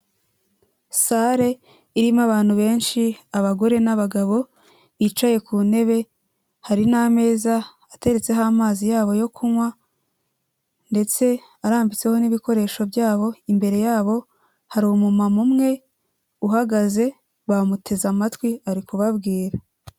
Sale irimo abantu benshi abagore n'abagabo bicaye ku ntebe, hari n'meza ateretseho amazi yabo yo kunywa ndetse arambitseho n'ibikoresho byabo imbere yabo hari umumama umwe uhagaze bamuteze amatwi ari kubabwira.